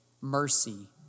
mercy